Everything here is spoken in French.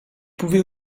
pouvait